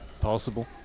Possible